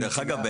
דרך אגב,